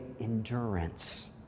endurance